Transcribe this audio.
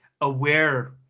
aware